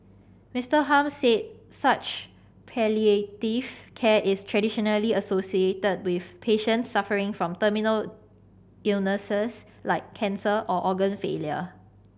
Mister Hum said such palliative care is traditionally associated with patients suffering from terminal illnesses like cancer or organ failure